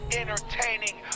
entertaining